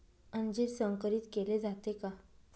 अंजीर संकरित केले जाते का?